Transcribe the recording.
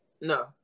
no